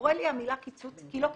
חורה לי המילה קיצוץ כי לא קיצצנו.